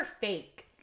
fake